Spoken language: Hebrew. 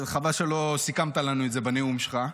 חבל שלא סיכמת לנו את זה בנאום שלך.